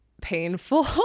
painful